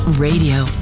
Radio